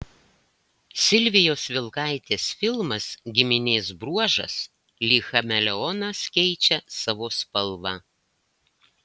silvijos vilkaitės filmas giminės bruožas lyg chameleonas keičia savo spalvą